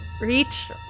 reach